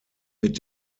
mit